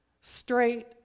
straight